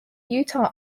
utah